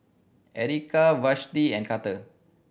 Erika Vashti and Karter